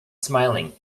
smiling